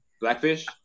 Blackfish